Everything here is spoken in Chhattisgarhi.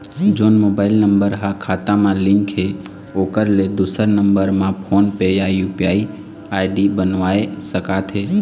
जोन मोबाइल नम्बर हा खाता मा लिन्क हे ओकर ले दुसर नंबर मा फोन पे या यू.पी.आई आई.डी बनवाए सका थे?